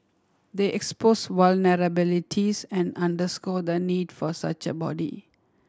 they expose vulnerabilities and underscore the need for such a body